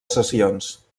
sessions